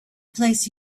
placed